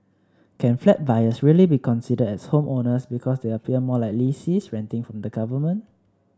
can flat buyers really be considered as homeowners because they appear more like lessees renting from the government